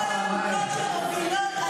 חבר הכנסת קריב, אתה כבר פעמיים.